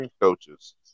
coaches